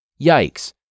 yikes